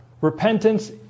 Repentance